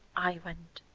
i went.